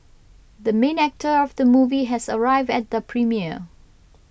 the main actor of the movie has arrived at the premiere